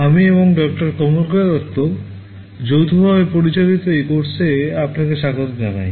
আমি এবং ডাঃ কমলিকা দত্ত যৌথভাবে পরিচালিত এই কোর্সে আপনাকে স্বাগত জানাই